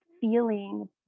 feeling